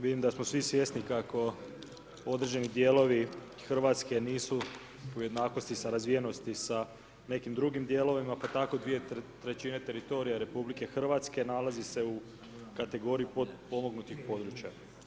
Vidim da smo svi svjesni kako određeni dijelovi Hrvatske nisu u jednakosti sa razvijenosti sa nekim drugim dijelovima pa tako dvije trećine teritorija RH nalazi se u kategoriji potpomognutih područja.